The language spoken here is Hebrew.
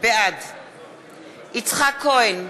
בעד יצחק כהן,